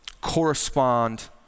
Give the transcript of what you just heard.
correspond